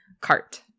CART